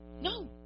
No